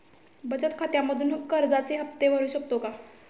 बचत खात्यामधून कर्जाचे हफ्ते भरू शकतो का?